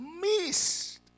missed